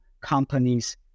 companies